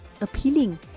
appealing